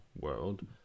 world